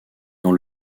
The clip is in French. dans